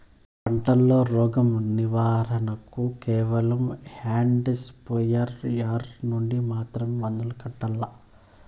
పంట లో, రోగం నివారణ కు కేవలం హ్యాండ్ స్ప్రేయార్ యార్ నుండి మాత్రమే మందులు కొట్టల్లా?